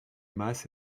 masse